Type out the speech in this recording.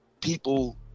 people